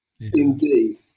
Indeed